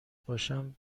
باشم